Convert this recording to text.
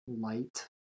light